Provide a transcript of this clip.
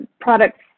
products